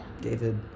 David